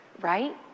right